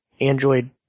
Android